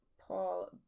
Paul